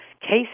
Cases